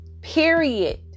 Period